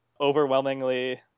overwhelmingly